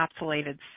encapsulated